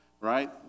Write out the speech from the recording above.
right